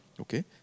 Okay